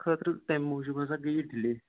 خٲطرٕ تَمہِ موٗجوٗب ہسا گٔے یہِ ڈِلے